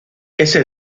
ese